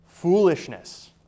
foolishness